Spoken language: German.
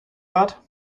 art